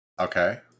Okay